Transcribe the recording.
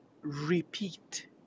repeat